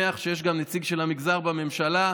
אני מאוד שמח שיש נציג של המגזר בממשלה.